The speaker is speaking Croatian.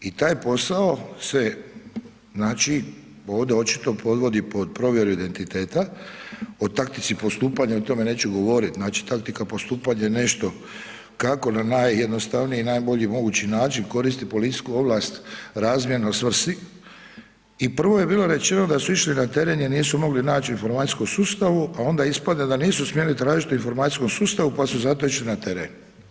I taj posao se ovdje očito podvodi pod provjeru identiteta, o taktici postupanja o tome neću govorit, znači taktika postupanja je nešto kako na najjednostavniji i najbolji mogući način koristit policijsku ovlast razmjerno svrsi i prvo je bilo rečeno da su išli na teren jer nisu mogli naći u informacijskom sustavu, a onda ispada da nisu smjeli tražiti u informacijskom sustavu pa su zato išli na teren.